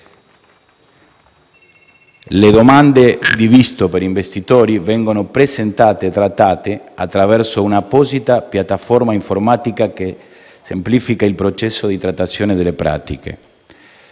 Le domande di visto per gli investitori vengono presentate e trattate attraverso un'apposita piattaforma informatica, che semplifica il processo di trattazione delle pratiche.